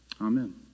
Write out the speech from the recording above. Amen